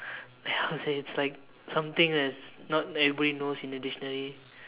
like how to say it's like something that's not everybody knows in the dictionary